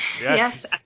Yes